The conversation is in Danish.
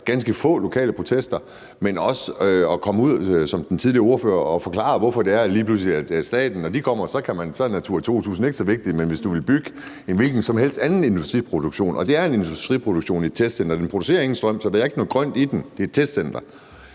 ganske få lokale protester, men også at komme ud som den tidligere ordfører og forklare, hvorfor det er sådan, at når staten kommer, er Natura 2000 lige pludselig ikke så vigtigt, og så kan man lige pludselig godt, men hvis du vil bygge en hvilken som helst anden industriproduktion og det er en industriproduktion i testcenteret – det producerer ingen strøm, så der er ikke noget grønt i det; det er et testcenter